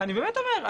אני באמת אומר.